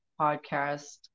podcast